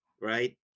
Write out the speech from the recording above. right